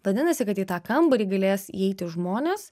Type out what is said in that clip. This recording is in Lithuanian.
vadinasi kad į tą kambarį galės įeiti žmonės